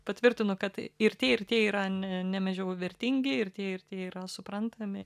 patvirtinu kad ir tie ir tie yra ne nemažiau vertingi ir tie ir tie yra suprantami